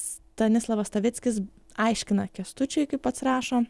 stanislavas stavickis aiškino kęstučiui kaip pats rašo